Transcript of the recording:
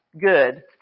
good